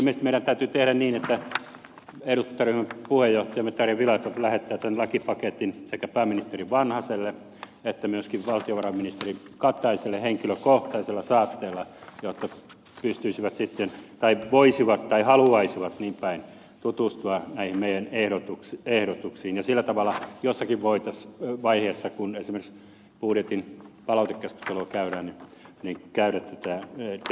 ilmeisesti meidän täytyy tehdä niin että eduskuntaryhmämme puheenjohtaja tarja filatov lähettää tämän lakipaketin sekä pääministeri vanhaselle että myöskin valtiovarainministeri kataiselle henkilökohtaisella saatteella jotta he pystyisivät sitten tai voisivat tai haluaisivat niin päin tutustua näihin meidän ehdotuksiimme ja sillä tavalla jossakin vaiheessa voitaisiin kun esimerkiksi budjetin palautekeskustelua käydään käydä tätä debattia